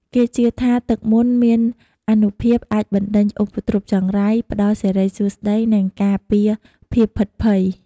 គេជឿថាទឹកមន្តមានអានុភាពអាចបណ្ដេញឧបទ្រពចង្រៃ ផ្ដល់សិរីសួស្ដី និងការពារភាពភិតភ័យ។